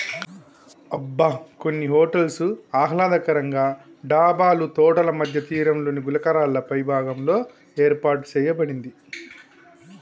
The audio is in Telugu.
అబ్బ కొన్ని హోటల్స్ ఆహ్లాదకరంగా డాబాలు తోటల మధ్య తీరంలోని గులకరాళ్ళపై భాగంలో ఏర్పాటు సేయబడింది